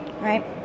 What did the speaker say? Right